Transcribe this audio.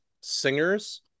singers